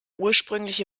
ursprüngliche